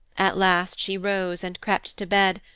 at last she rose and crept to bed,